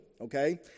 Okay